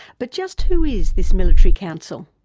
but just who is this military council?